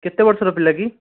କେତେ ବର୍ଷର ପିଲା କି